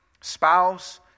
spouse